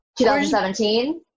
2017